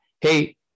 hey